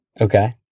Okay